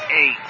eight